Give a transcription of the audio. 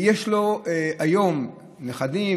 יש לו היום נכדים,